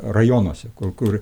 rajonuose kur